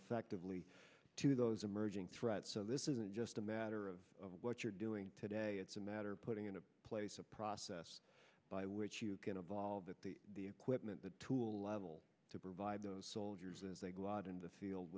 effectively to those emerging threats so this isn't just a matter of what you're doing today it's a matter of putting into place a process by which you can evolve that the the equipment the tool level to provide those soldiers as they go out in the field